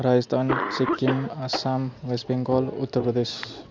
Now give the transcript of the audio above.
Rajasthan Sikkim Assam West Bengal Uttar Pradesh